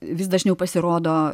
vis dažniau pasirodo